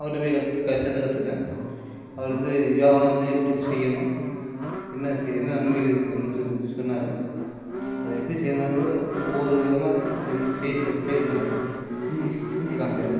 அவர்கிட்ட போய் சேர்ந்து கற்றுக்கிட்டேன் அவர் வந்து யோகா வந்து எப்படி செய்யணும் என்ன செய்ய என்ன நன்மைகள் இருக்குன்னு சொல்லி சொன்னார் அதை எப்படி செய்யணும்ன்றது ஒவ்வொரு விதமாக செய்ய செய்ய சொன்னார் செஞ்சு செஞ்சு காமிச்சார்